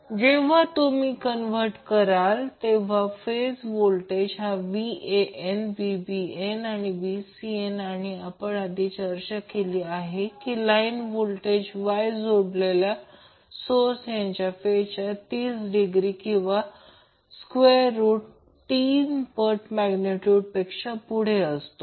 तर जेव्हा तुम्ही कन्वर्ट कराल फेज व्होल्टेज हा Van Vbn आणि Vcn आणि आपण आधी चर्चा केली की लाईन व्होल्टेज Y जोडलेल्या सोर्स त्यांच्या फेजचा 30 डिग्री आणि स्क्वेअर रूट 3 पट मॅग्नेट्यूडपेक्षा पुढे असतो